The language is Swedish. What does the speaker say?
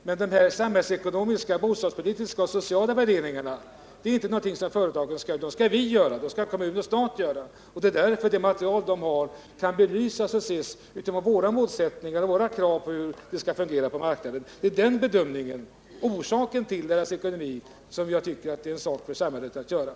Men de samhällsekonomiska, bostadspolitiska och sociala värderingarna skall inte göras av företagen — de skall göras av stat och kommun. Det är därför som materialet skall belysas och ses utifrån våra målsättningar och våra krav på hur marknaden skall fungera. Jag tycker att det är samhällets sak att göra bedömningen av orsaken till företagens dåliga ekonomi.